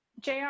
JR